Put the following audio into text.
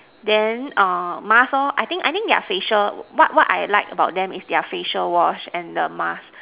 then err mask lor I think I think their facial what what I like about them is their facial wash and the mask